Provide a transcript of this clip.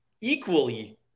equally